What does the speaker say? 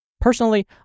Personally